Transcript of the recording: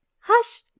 Hush